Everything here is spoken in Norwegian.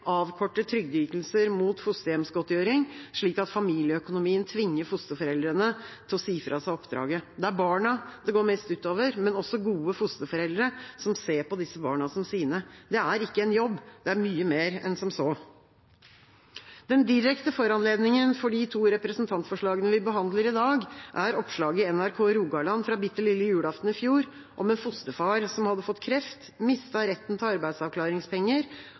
trygdeytelser mot fosterhjemsgodtgjøring, slik at familieøkonomien tvinger fosterforeldre til å si fra seg oppdraget. Det er barna det går mest ut over, men også gode fosterforeldre som ser på disse barna som sine. Det er ikke en jobb, det er mye mer enn som så. Den direkte foranledningen for de to representantforslagene vi behandler i dag, er oppslaget i NRK Rogaland fra bitte lille julaften i fjor, om en fosterfar som hadde fått kreft. Han mistet retten til arbeidsavklaringspenger